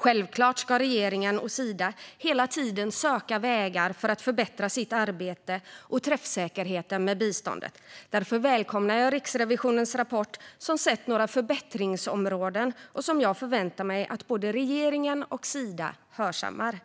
Självklart ska regeringen och Sida hela tiden söka vägar för att förbättra sitt arbete och träffsäkerheten med biståndet. Därför välkomnar jag Riksrevisionens rapport, som sett några förbättringsområden som jag förväntar mig att både regeringen och Sida hörsammar.